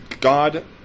God